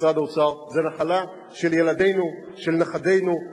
אותך, בוגי, בקדנציה הראשונה בתעלולים פוליטיים.